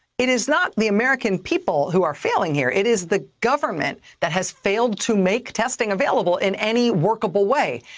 it is not the american people who are failing here. it is the government that has failed to make testing available in any workable way,